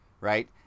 right